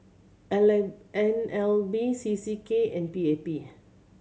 N L B C C K and P A P